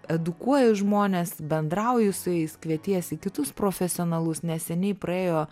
edukuoji žmones bendrauji su jais kvietiesi kitus profesionalus neseniai praėjo